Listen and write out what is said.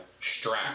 strap